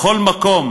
בכל מקום